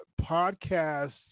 podcasts